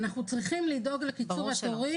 אנחנו צריכים לדאוג לקיצור התורים,